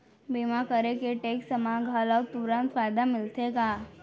बीमा करे से टेक्स मा घलव तुरंत फायदा मिलथे का?